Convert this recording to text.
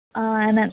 ಆಂ ನನ್ನ